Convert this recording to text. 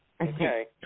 Okay